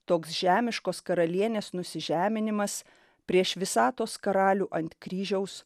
toks žemiškos karalienės nusižeminimas prieš visatos karalių ant kryžiaus